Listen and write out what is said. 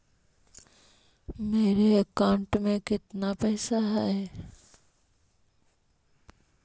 मेरे अकाउंट में केतना पैसा है?